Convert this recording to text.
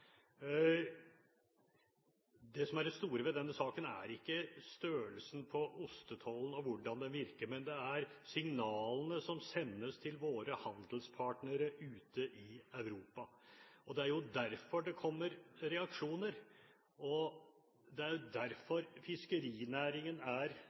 Det som er det store ved denne saken, er ikke størrelsen på ostetollen og hvordan den virker, men signalene som sendes til våre handelspartnere ute i Europa. Det er derfor det kommer reaksjoner, det er derfor fiskerinæringen er bekymret, og det er